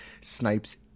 Snipes